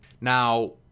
Now